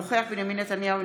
אינו נוכח בנימין נתניהו,